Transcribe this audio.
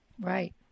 right